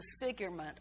disfigurement